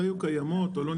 הן לא היו קיימות או לא נכנסו.